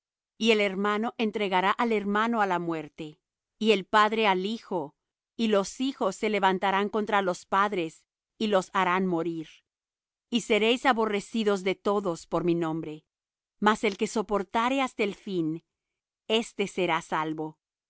y el hermano entregará al hermano á la muerte y el padre al hijo y los hijos se levantarán contra los padres y los harán morir y seréis aborrecidos de todos por mi nombre mas el que soportare hasta el fin éste será salvo